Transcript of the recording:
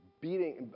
beating